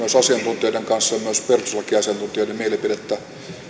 asiantuntijoiden kanssa ja myös perustuslakiasiantuntijoiden mielipidettä